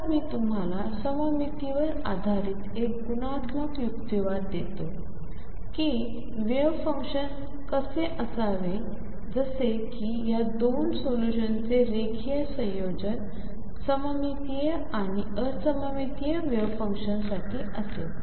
तर मी तुम्हाला सममितीवर आधारित एक गुणात्मक युक्तिवाद देतो की वेव्ह फंक्शन कसे असावे जसे की या दोन सोल्यूशन्सचे रेखीय संयोजन सममितीय आणि असममितीय वेव्ह फंक्शनसाठी असेल